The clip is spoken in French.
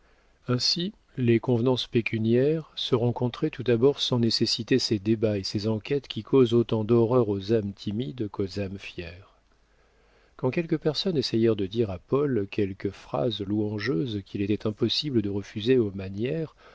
ainsi les convenances pécuniaires se rencontraient tout d'abord sans nécessiter ces débats et ces enquêtes qui causent autant d'horreur aux âmes timides qu'aux âmes fières quand quelques personnes essayèrent de dire à paul quelques phrases louangeuses qu'il était impossible de refuser aux manières